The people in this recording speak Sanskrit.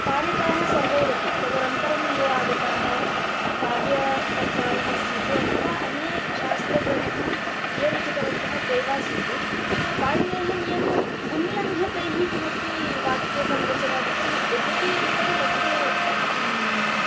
पालिताः सर्वैरपि तदनन्तरं ये आगताः काव्यकर्तारः स्युः अथवा अन्ये शास्त्रग्रन्थं ये लिखितवन्तः ते वा स्युः पाणिनेः नियमम् उल्लङ्घ्य तैः किमपि वाक्यसंरचनादिकं न यद्यपि कृतं तत्तु